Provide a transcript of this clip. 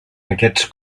aquests